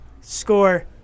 score